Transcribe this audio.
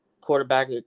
quarterback